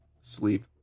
sleep